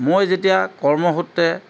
মই যেতিয়া কৰ্মসূত্ৰে